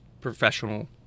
professional